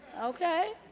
Okay